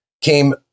came